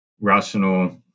rational